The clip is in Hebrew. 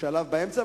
בשלב כלשהו באמצע.